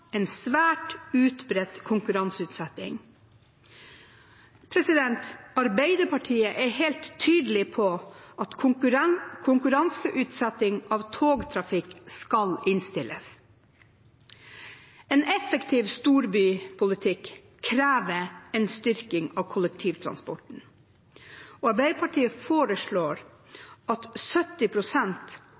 en svært utbredt konkurranseutsetting. Arbeiderpartiet er helt tydelig på at konkurranseutsetting av togtrafikk skal innstilles. En effektiv storbypolitikk krever en styrking av kollektivtransporten, og Arbeiderpartiet foreslår at